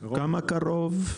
כמה קרוב?